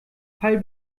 fall